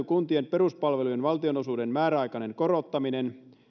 kuntien peruspalvelujen valtionosuuden määräaikainen korottaminen